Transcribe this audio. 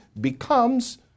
becomes